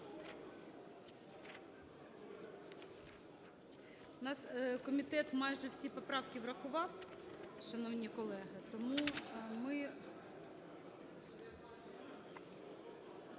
У нас комітет майже всі поправки врахував, шановні колеги,